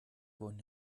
wurden